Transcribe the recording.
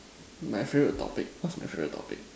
my favourite topic what's my favourite topic